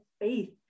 faith